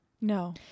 No